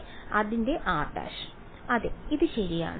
വിദ്യാർത്ഥി അതിന്റെ r′ അതെ ഇത് ശരിയാണ്